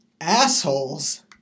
assholes